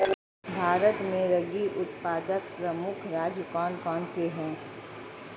भारत में रागी उत्पादक प्रमुख राज्य कौन कौन से हैं?